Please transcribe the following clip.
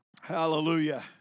Hallelujah